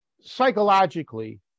psychologically